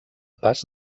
pas